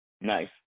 Nice